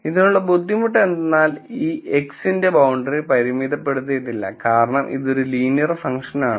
ഇതിനുള്ള ബുദ്ധിമുട്ട് എന്തെന്നാൽ ഈ x ന്റെ ബൌണ്ടറി പരിമിതപ്പെടുത്തിയിട്ടില്ല കാരണം ഇത് ഒരു ലീനിയർ ഫങ്ക്ഷൻ ആണ്